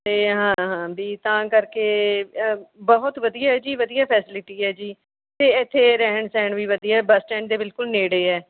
ਅਤੇ ਹਾਂ ਹਾਂ ਵੀ ਤਾਂ ਕਰਕੇ ਬਹੁਤ ਵਧੀਆ ਹੈ ਜੀ ਵਧੀਆ ਫੈਸਿਲਿਟੀ ਹੈ ਜੀ ਅਤੇ ਇੱਥੇ ਰਹਿਣ ਸਹਿਣ ਵੀ ਵਧੀਆ ਬੱਸ ਸਟੈਂਡ ਦੇ ਬਿਲਕੁਲ ਨੇੜੇ ਹੈ